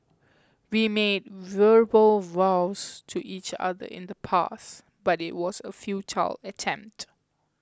we made verbal vows to each other in the past but it was a futile attempt